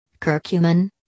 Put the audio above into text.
curcumin